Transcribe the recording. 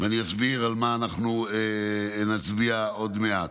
ואני אסביר על מה אנחנו נצביע עוד מעט.